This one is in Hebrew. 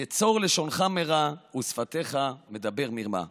נצור לשונך מרע ושפתיך מדבֵּר מרמה".